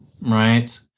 right